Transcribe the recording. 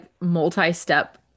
multi-step